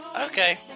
okay